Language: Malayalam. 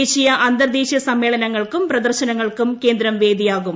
ദേശീയ അന്തർദേശീയ സമ്മേളനങ്ങൾക്കും പ്രദർശനങ്ങൾക്കും കേന്ദ്രം വേദിയാകും